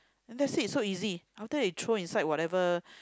that's it so easy sometimes you throw inside whatever